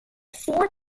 four